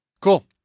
cool